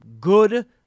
good